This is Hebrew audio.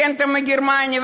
הרנטה מגרמניה.